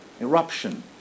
eruption